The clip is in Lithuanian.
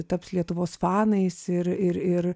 taps lietuvos fanais ir ir ir